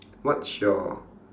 what's your